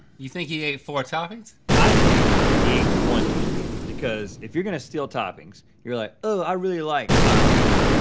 you think he ate four toppings? i think he ate one topping, because if you're gonna steal toppings, you're like, oh, i really like olives,